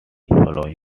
flowing